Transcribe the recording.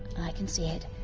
i can see it,